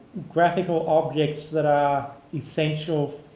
graphical objects that are essential